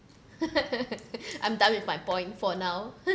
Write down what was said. I'm done with my point for now